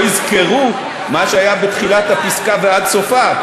לא יזכרו מה היה בתחילת הפסקה עד סופה.